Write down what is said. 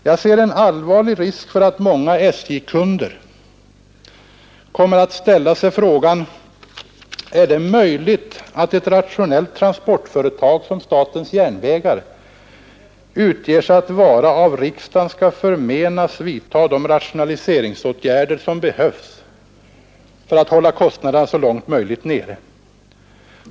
Det finns en allvarlig risk för att många SJ-kunder kommer att ställa sig frågan: Är det möjligt att ett rationellt transportföretag, som statens järnvägar utger sig för att vara, av riksdagen skall förmenas vidtaga de rationaliseringsåtgärder som behövs för att så långt möjligt hålla kostnaderna nere?